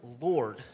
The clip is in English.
Lord